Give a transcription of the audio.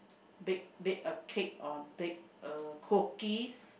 bake bake a cake or bake a cookies